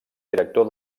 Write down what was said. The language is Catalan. director